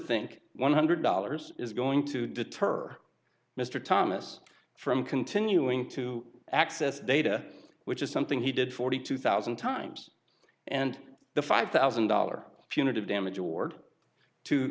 think one hundred dollars is going to deter mr thomas from continuing to access data which is something he did forty two thousand times and the five thousand dollars unit of damage award to